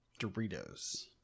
Doritos